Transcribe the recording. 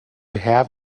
have